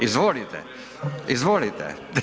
Izvolite, izvolite.